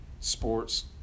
sports